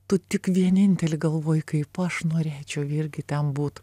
tu tik vienintelį galvoji kaip aš norėčiau irgi ten būt